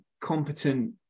competent